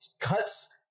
cuts